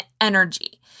energy